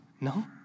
no